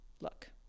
look